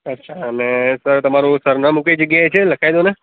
અચ્છા અને સર તમારું સરનામું કઈ જગ્યાએ છે લખાવી દો ને